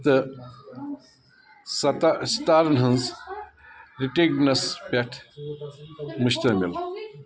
تہٕ سِٹارن ہِنٛز رِٹینیٚس پٮ۪ٹھ مشتمل